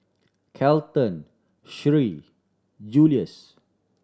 Kelton Sheree Juluis